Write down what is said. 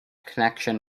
connection